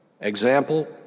example